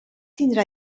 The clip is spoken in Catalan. tindrà